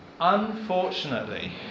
unfortunately